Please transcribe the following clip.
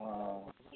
हँ ठीक